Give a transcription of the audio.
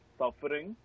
suffering